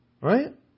Right